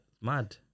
mad